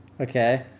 okay